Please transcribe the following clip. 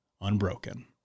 unbroken